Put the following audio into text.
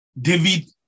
David